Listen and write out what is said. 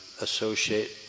associate